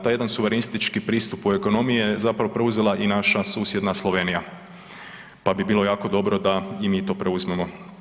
Taj jedan suverenistički pristup ekonomiji je zapravo preuzela i naša susjedna Slovenija pa bi bilo jako dobro da i mi to preuzmemo.